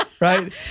Right